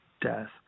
death